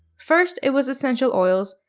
first, it was essential oils.